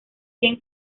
cien